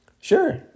Sure